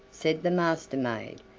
said the master-maid,